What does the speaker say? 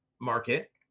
market